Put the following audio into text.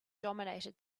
dominated